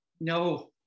no